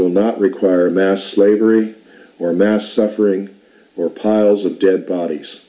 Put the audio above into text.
will not require mass slavery or mass suffering or piles of dead bodies